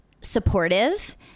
supportive